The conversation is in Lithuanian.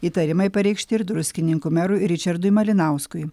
įtarimai pareikšti ir druskininkų merui ričardui malinauskui